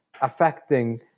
affecting